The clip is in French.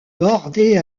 bordée